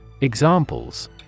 Examples